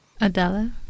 Adela